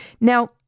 now